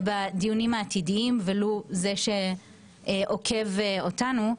גם בדיונים עתידיים ולו זה שעוקב אותנו,